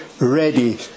ready